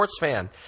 sportsfan